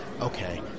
okay